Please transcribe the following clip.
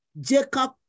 Jacob